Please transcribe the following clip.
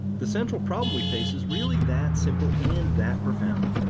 the central problem we face is really that simple and that profound.